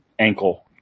ankle